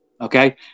Okay